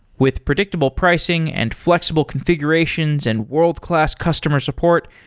with predictable pricing and fl exible confi gurations and world-class customer support,